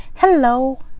hello